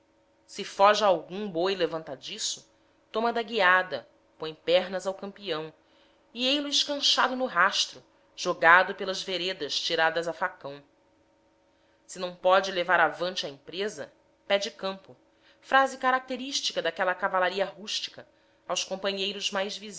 se foge a algum um boi levantadiço toma da guiada põe pernas ao campeão e ei-lo escanchado no rastro jogado pelas veredas tiradas a facão se não pode levar avante a empresa pede campo frase característica daquela cavalaria rústica aos companheiros mais